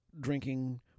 drinking